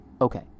Okay